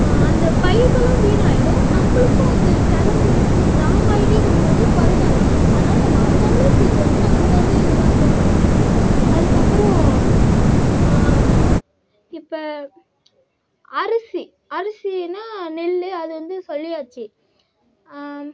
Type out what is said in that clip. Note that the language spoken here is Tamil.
அந்த பயிர்களும் வீணாயிடும் நம்மளுக்கும் அந்த செலவு லாங் ஆகிட்டே போகும் மாச்சி குறையாது அதனால் நம்ம அந்த அந்த சீசனுக்கு அந்த அந்த இதைதான் போடணும் ஆச்சு அதுக்கப்புறம் இப்போ அரிசி அரிசினால் நெல்லு அதை வந்து சொல்லியாச்சு